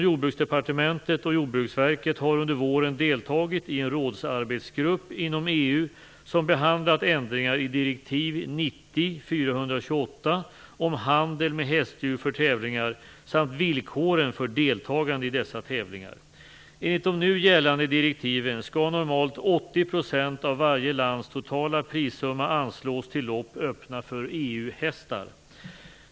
Jordbruksverket har under våren deltagit i en rådsarbetsgrupp inom EU som behandlat ändringar i direktiv 90/428 om handel med hästdjur för tävlingar samt villkoren för deltagande i dessa tävlingar. Enligt de nu gällande direktiven skall normalt 80 % av varje lands totala prissumma anslås till lopp öppna för EU-hästar.